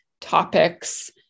topics